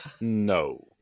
No